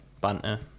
Banter